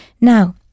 Now